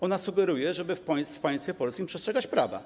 Ona sugeruje, żeby w państwie polskim przestrzegać prawa.